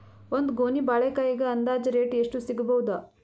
ಒಂದ್ ಗೊನಿ ಬಾಳೆಕಾಯಿಗ ಅಂದಾಜ ರೇಟ್ ಎಷ್ಟು ಸಿಗಬೋದ?